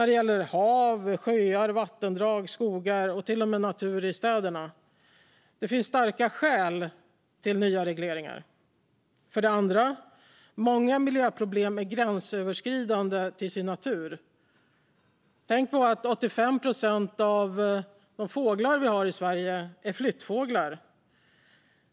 Det gäller hav, sjöar, vattendrag, skogar och till och med natur i städerna. Det finns starka skäl till nya regleringar. För det andra: Många av miljöproblemen är gränsöverskridande till sin natur. Tänk bara på att 85 procent av de fåglar vi har i Sverige är flyttfåglar.